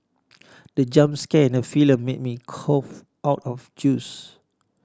the jump scare in the film made me cough out my juice